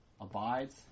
Abides